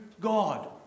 God